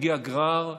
מגיע גרר,